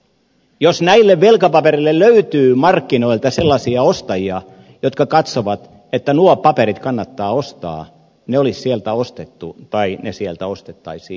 jos näille velkapapereille löytyy markkinoilta sellaisia ostajia jotka katsovat että nuo paperit kannattaa ostaa ne olisi sieltä ostettu tai ne sieltä ostettaisiin